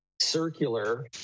circular